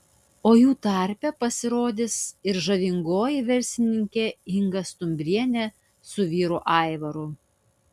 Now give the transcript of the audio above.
o jų tarpe pasirodys ir žavingoji verslininkė inga stumbrienė su vyru aivaru